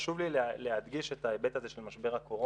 חשוב לי להדגיש את ההיבט הזה של משבר הקורונה.